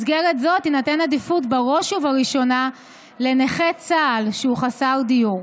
במסגרת זו תינתן עדיפות בראש ובראשונה לנכה צה"ל שהוא חסר דיור.